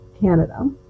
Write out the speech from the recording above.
canada